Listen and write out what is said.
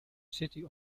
city